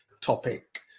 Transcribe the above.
topic